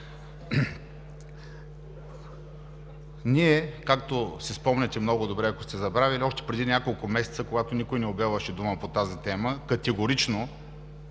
Ние, както си спомняте много добре, но ако сте забравили, ще Ви припомня, че още преди няколко месеца, когато никой не обелваше дума по тази тема, категорично